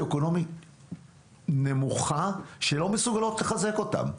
אקונומי נמוכה והן לא מסוגלות לחזק אותם.